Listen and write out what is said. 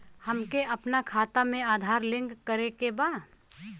हमके अपना खाता में आधार लिंक करें के बा?